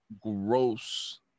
gross